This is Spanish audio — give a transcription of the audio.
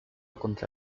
contra